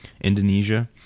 Indonesia